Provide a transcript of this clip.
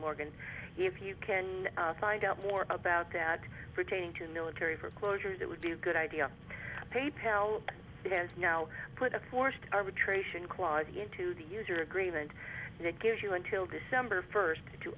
morgan if you can find out more about that pertaining to military for closures that would be a good idea to pay pal has now put a forced arbitration client into the user agreement and it gives you until december first to